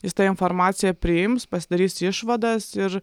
jis tą informaciją priims pasidarys išvadas ir